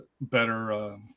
better